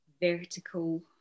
vertical